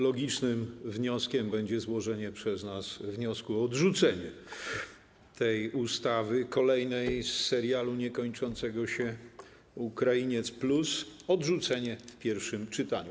Logicznym wnioskiem będzie złożenie przez nas wniosku o odrzucenie tej ustawy, kolejnej z niekończącego się serialu Ukrainiec+, odrzucenie w pierwszym czytaniu.